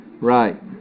Right